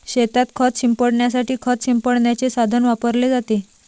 शेतात खत शिंपडण्यासाठी खत शिंपडण्याचे साधन वापरले जाते